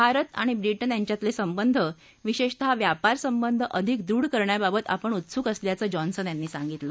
भारत आणि ब्रिटन यांच्यातले संबंध विशेषतः व्यापार संबंध अधिक दृढ करण्याबाबत आपण उत्सुक असल्याचं जॉन्सन यांनी सांगितलं